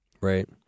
Right